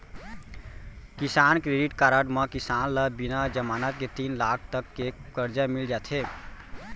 किसान credit card म किसान ल बिना जमानत के तीन लाख तक के करजा मिल जाथे